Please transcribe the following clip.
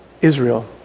Israel